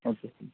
okay